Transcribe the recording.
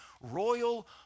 royal